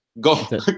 Go